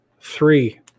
Three